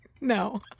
no